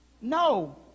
No